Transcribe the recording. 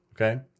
okay